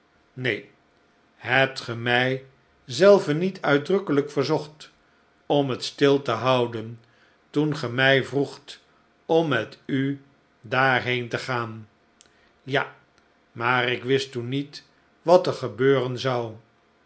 neen hebt ge mij zelve niet uitdrukkelijk verzocht om net stil te houden toen ge mij vroegt om met u daarheen te gaan ja maar ik wist toen niet wat er gebeuren zou